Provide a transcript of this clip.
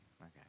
okay